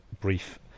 brief